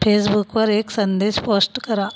फेसबुकवर एक संदेश पोस्ट करा